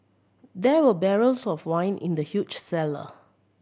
there were barrels of wine in the huge cellar